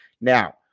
Now